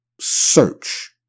search